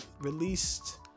released